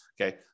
okay